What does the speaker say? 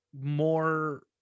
more